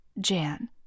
Jan